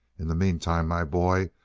in the meantime, my boy,